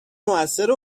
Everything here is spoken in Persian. موثر